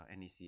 NEC